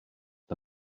the